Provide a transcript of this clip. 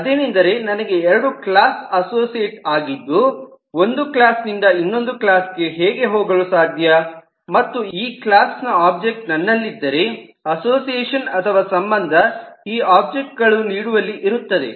ಅದೆನೆಂದರೆ ನನಗೆ ಎರಡು class associate ಆಗಿದ್ದು ಒಂದು ಕ್ಲಾಸ್ ನಿಂದು ಇನ್ನೊಂದು ಕ್ಲಾಸ್ ಗೆ ಹೇಗೆ ಹೋಗಲು ಸಾಧ್ಯ ಮತ್ತು ಈ ಕ್ಲಾಸ್ ನ ಒಬ್ಜೆಕ್ಟ್ ನನ್ನಲ್ಲಿದ್ದರೆ ಅಸೋಸಿಯೇಷನ್ ಅಥವಾ ಸಂಬಂಧ ಈ ಒಬ್ಜೆಕ್ಟ್ ಗಳು ನೀಡುವಲ್ಲಿ ಇರುತ್ತದೆ